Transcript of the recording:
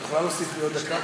את יכולה להוסיף לי עוד דקה?